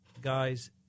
guys